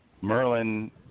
Merlin